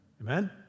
Amen